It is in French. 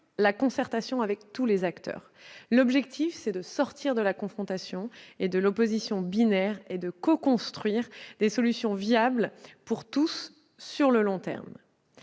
concertation avec les acteurs. L'objectif est de sortir de la confrontation et de l'opposition binaire et de construire ensemble des solutions qui soient viables pour tous sur le long terme.